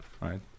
right